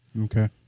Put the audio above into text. Okay